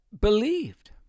believed